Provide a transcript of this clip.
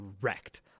wrecked